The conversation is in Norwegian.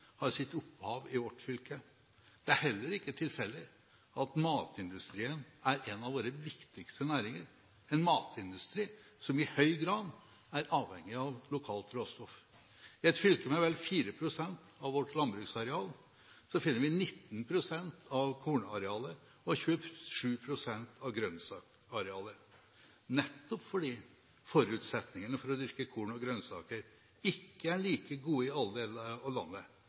har sitt opphav i mitt fylke. Det er heller ikke tilfeldig at matindustrien er en av våre viktigste næringer – en matindustri som i høy grad er avhengig av lokalt råstoff. Dette er et fylke med vel 4 pst. av vårt landbruksareal, og her finner vi 19 pst. av kornarealet og 27 pst. av grønnsaksarealet. Nettopp fordi forutsetningene for å dyrke korn og grønnsaker ikke er like gode i alle deler av landet,